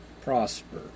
prosper